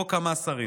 או כמה שרים.